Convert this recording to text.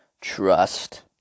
trust